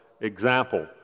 example